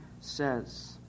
says